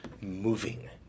moving